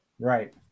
Right